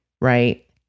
right